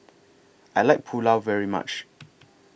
I like Pulao very much